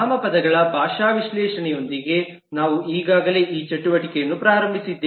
ನಾಮಪದಗಳ ಭಾಷಾ ವಿಶ್ಲೇಷಣೆಯೊಂದಿಗೆ ನಾವು ಈಗಾಗಲೇ ಈ ಚಟುವಟಿಕೆಯನ್ನು ಪ್ರಾರಂಭಿಸಿದ್ದೇವೆ